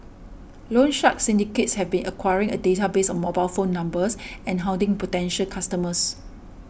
loan shark syndicates have been acquiring a database of mobile phone numbers and hounding potential customers